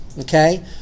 Okay